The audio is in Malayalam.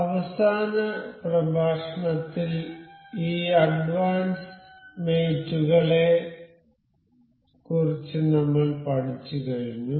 അവസാന പ്രഭാഷണത്തിൽ ഈ അഡ്വാൻസ്ഡ് മേറ്റ് കളെ കുറിച്ച് നമ്മൾ പഠിച്ചു കഴിഞ്ഞു